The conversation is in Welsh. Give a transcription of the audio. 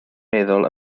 meddwl